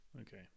Okay